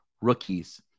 rookies